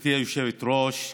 גברתי היושבת-ראש,